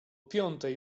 piątej